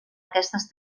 aquestes